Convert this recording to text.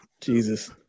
jesus